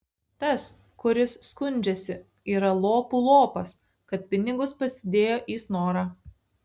tas kuris skundžiasi yra lopų lopas kad pinigus pasidėjo į snorą